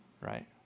Right